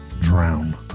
Drown